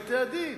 אחד האמצעים